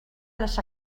les